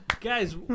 guys